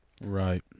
Right